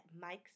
Mike's